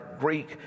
Greek